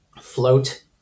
Float